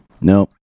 No